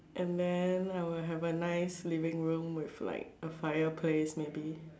and then I will have a nice living room with like a fireplace maybe